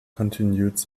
continued